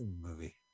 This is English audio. movie